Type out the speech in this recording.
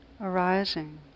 arising